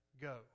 go